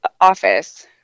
office